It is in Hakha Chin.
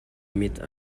mit